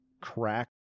crack